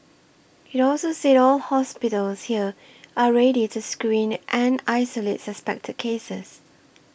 it also said all hospitals here are ready to screen and isolate suspected cases